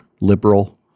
liberal